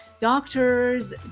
doctors